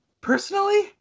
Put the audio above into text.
Personally